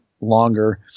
longer